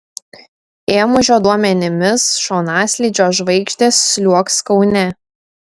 ėmužio duomenimis šonaslydžio žvaigždės sliuogs kaune